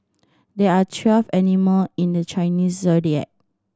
there are twelve animal in the Chinese Zodiac